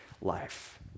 life